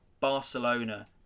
Barcelona